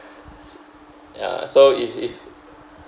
ya so it's it's